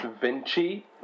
Vinci